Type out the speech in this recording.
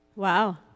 Wow